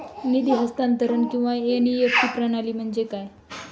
निधी हस्तांतरण किंवा एन.ई.एफ.टी प्रणाली म्हणजे काय?